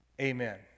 Amen